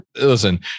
listen